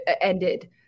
ended